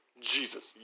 Jesus